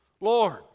Lord